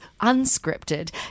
unscripted